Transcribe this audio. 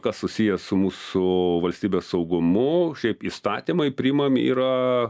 kas susiję su mūsų valstybės saugumu šiaip įstatymai priimami yra